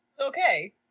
okay